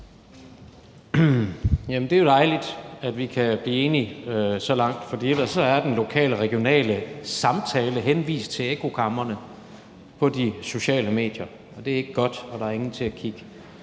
det er jo dejligt, at vi kan blive enige så langt, for ellers er den lokale og regionale samtale henvist til ekkokamrene på de sociale medier, og det er ikke godt, når der ikke er nogen til at kigge